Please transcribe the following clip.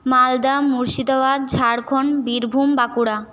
Malda Murshidabad Jharkhand Birbhum Bankura